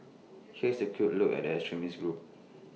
here is A quick look at the extremist group